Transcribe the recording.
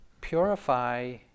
purify